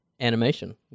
animation